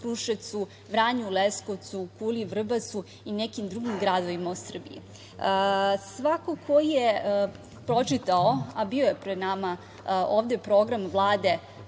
Kruševcu, Vranju, Leskovcu, Kuli, Vrbasu i u nekim drugim gradovima u Srbiji. Svako ko je pročitao, a bio je pred nama ovde program Vlade,